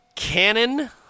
Cannon